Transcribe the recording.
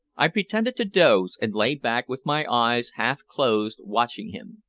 i pretended to doze, and lay back with my eyes half-closed watching him.